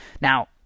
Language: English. Now